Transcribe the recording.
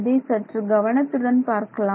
இதை சற்று கவனத்துடன் பார்க்கலாம்